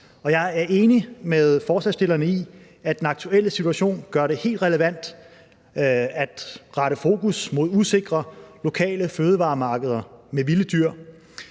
jeg er enig med forslagsstillerne i, at den aktuelle situation gør det helt relevant at rette fokus mod usikre lokale fødevaremarkeder med vilde dyr.